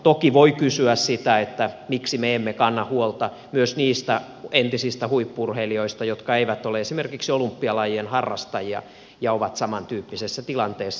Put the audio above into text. toki voi kysyä sitä miksi me emme kanna huolta myös niistä entisistä huippu urheilijoista jotka eivät ole esimerkiksi olympialajien harrastajia ja ovat samantyyppisessä tilanteessa